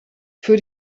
für